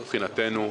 מבחינתנו,